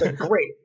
Great